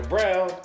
Brown